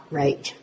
right